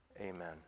Amen